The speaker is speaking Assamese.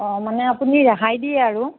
অ মানে আপুনি ৰেহাই দিয়ে আৰু